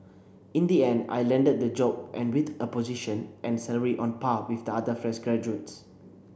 in the end I landed the job and with a position and salary on par with the other fresh graduates